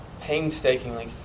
painstakingly